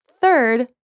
third